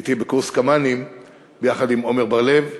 הייתי בקורס קמ"נים יחד עם עמר בר-לב,